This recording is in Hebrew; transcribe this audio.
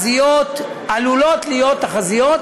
שהתחזיות עלולות להיות תחזיות